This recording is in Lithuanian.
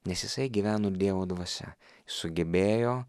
nes jisai gyveno dievo dvasia sugebėjo